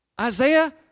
Isaiah